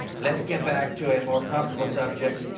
let's get back to a more comfortable subject.